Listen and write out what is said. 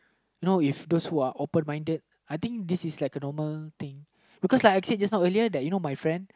you know if those who are open minded I think this is like a normal thing because like a kid just now earlier you know my friend